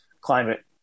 climate